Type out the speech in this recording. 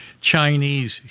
Chinese